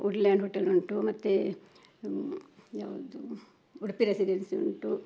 Woodland ಹೋಟೆಲುಂಟು ಮತ್ತು ಯಾವುದು ಉಡುಪಿ ರೆಸಿಡೆನ್ಸಿ ಉಂಟು